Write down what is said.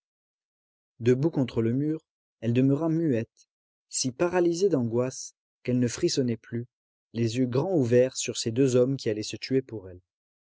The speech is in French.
debout contre le mur elle demeura muette si paralysée d'angoisse qu'elle ne frissonnait plus les yeux grands ouverts sur ces deux hommes qui allaient se tuer pour elle